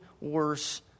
worse